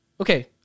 Okay